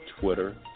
Twitter